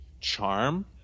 charm